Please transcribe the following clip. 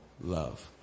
love